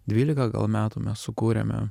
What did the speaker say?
dvylika gal metų mes sukūrėme